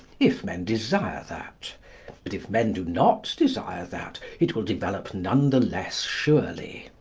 if men desire that but if men do not desire that, it will develop none the less surely.